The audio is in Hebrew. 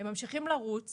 הם ממשיכים לרוץ